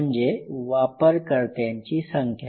म्हणजे वापरकर्त्यांची संख्या